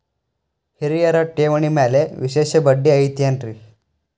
ಹಿರಿಯರ ಠೇವಣಿ ಮ್ಯಾಲೆ ವಿಶೇಷ ಬಡ್ಡಿ ಐತೇನ್ರಿ?